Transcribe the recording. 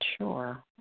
sure